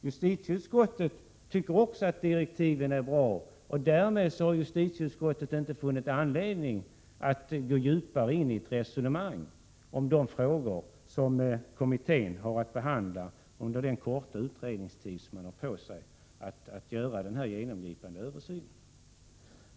Justitieutskottet tycker också att direktiven är bra. Och därmed har justitieutskottet inte funnit anledning att gå djupare in i ett resonemang om de frågor som kommittén har att behandla under den korta utredningstid som man har på sig att göra denna genomgripande översyn.